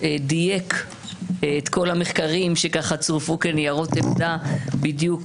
דייק את כל המחקרים שצורפו כניירות עמדה בדיוק,